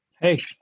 Hey